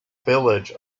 village